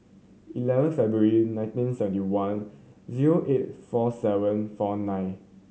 eleven February nineteen seventy one zero eight four seven four nine